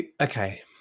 okay